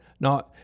Now